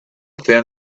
thin